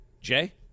Jay